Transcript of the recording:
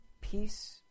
peace